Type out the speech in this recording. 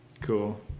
Cool